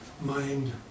mind